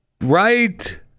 right